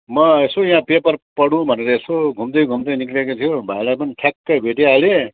म यसो यहाँ पेपर पढूँ भनेर यसो घुम्दै घुम्दै निक्लिएकोि थिएँ हो भाइलाई पनि ठ्याक्कै भटिहालेँ